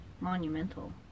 monumental